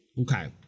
okay